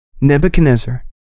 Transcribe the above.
Nebuchadnezzar